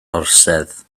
orsedd